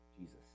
Jesus